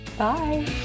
Bye